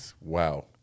Wow